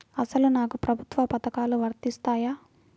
అసలు నాకు ప్రభుత్వ పథకాలు వర్తిస్తాయా?